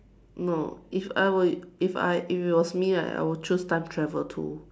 no if I were if I if it was me right I would choose time travel too